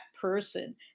person